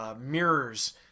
mirrors